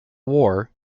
war